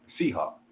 Seahawk